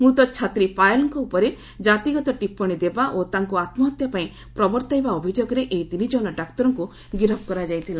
ମୃତ ଛାତ୍ରୀ ପାୟଲଙ୍କ ଉପରେ ଜାତିଗତ ଟିପ୍ପଣୀ ଦେବା ଓ ତାଙ୍କୁ ଆତ୍ମହତ୍ୟା ପାଇଁ ପ୍ରବର୍ତ୍ତାଇବା ଅଭିଯୋଗରେ ଏହି ତିନିଜଣ ଡାକ୍ତରଙ୍କୁ ଗିରଫ କରାଯାଇଥିଲା